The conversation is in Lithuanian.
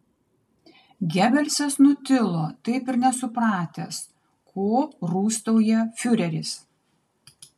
gebelsas nutilo taip ir nesupratęs ko rūstauja fiureris